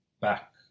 Back